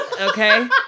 Okay